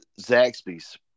Zaxby's